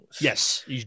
Yes